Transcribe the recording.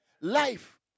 Life